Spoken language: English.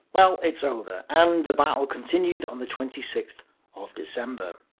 well, it's over, and the battle continued on the twenty sixth of december.